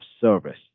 service